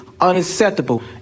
unacceptable